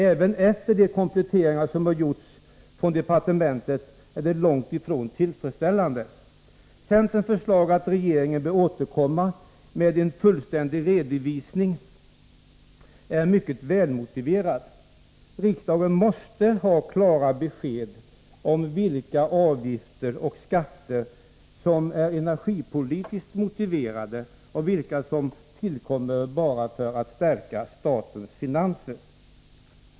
Även efter de kompletteringar som har gjorts från departementets sida är underlaget långt ifrån tillfredsställande. Centerns förslag att regeringen bör återkomma med en fullständig redovisning är mycket väl motiverat. Riksdagen måste ha klara besked om vilka avgifter och skatter som är energipolitiskt motiverade och vilka som tillkommer bara för att stärka statens finanser.